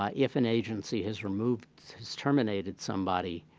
ah if an agency has removed has terminated somebody,